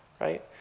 right